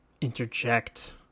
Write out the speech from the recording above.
interject